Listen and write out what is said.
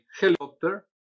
helicopter